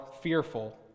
fearful